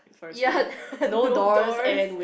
ya no doors